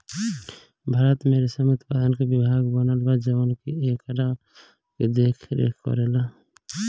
भारत में रेशम उत्पादन के विभाग बनल बा जवन की एकरा काम के देख रेख करेला